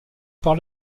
par